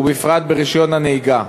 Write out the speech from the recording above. ובפרט ברישיון הנהיגה.